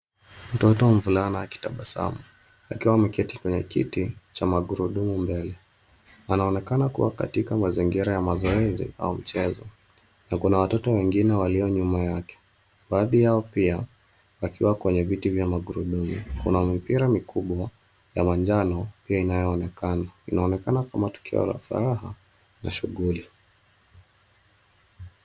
Mtoto mvulana akitabasamu akiwa ameketi kwenye kiti cha magurudumu mbele. Anaonekana kuwa katika mazingira ya mazoezi au mchezo na kuna watoto wengine walio nyuma yake baadhi yao pia wakiwa kwenye viti vya magurudumu. Kuna mipira mikubwa ya manjano pia inayoonekana. Inaonekana kama tukio na furaha na shughuli.